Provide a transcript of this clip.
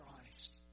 Christ